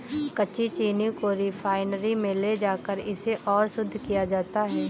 कच्ची चीनी को रिफाइनरी में ले जाकर इसे और शुद्ध किया जाता है